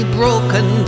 broken